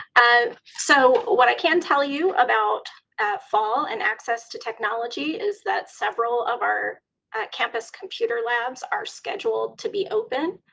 ah so what i can tell you about fall and access to technology is that several of our campus computer labs are scheduled to be open.